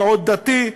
מיעוט דתי.